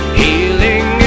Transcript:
healing